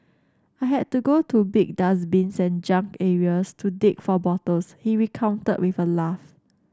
I had to go to big dustbins and junk areas to dig for bottles he recounted with a laugh